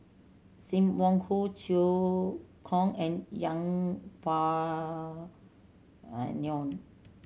Sim Wong Hoo Cheow Tong and Yeng Pway Ngon